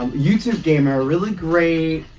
youtube gamer, really great!